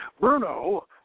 Bruno